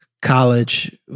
College